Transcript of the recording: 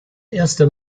erste